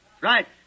Right